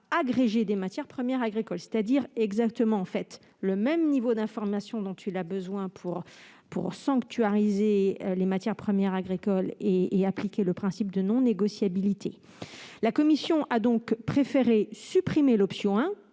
agrégée des matières premières agricoles. Il s'agit là du même niveau d'informations nécessaire pour sanctuariser les matières premières agricoles en appliquant le principe de non-négociabilité. La commission a préféré supprimer l'option 1,